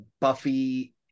buffy